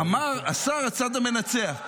לא, לא, אמר השר: הצד המנצח.